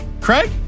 Craig